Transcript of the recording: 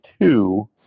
two